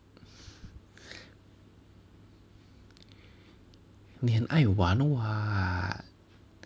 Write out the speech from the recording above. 你很爱玩 what